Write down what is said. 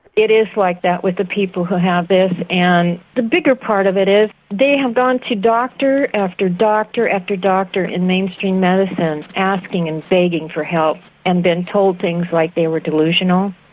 it is like that with the people who have this and the bigger part of it is they have gone to doctor, after doctor, after doctor in mainstream medicine asking and begging for help and then told things like they were delusional,